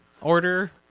order